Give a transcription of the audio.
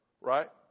Right